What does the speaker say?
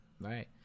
Right